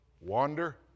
wander